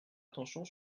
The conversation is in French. attention